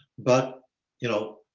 but you know,